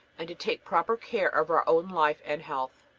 and to take proper care of our own life and health.